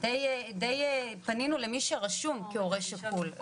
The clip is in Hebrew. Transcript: די פנינו למי שרשום כהורה שכול,